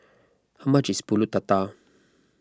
how much is Pulut Tatal